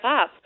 up